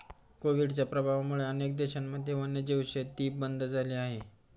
कोविडच्या प्रभावामुळे अनेक देशांमध्ये वन्यजीव शेती बंद झाली आहे